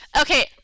Okay